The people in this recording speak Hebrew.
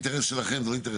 זה אחד.